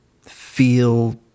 feel